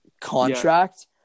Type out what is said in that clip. contract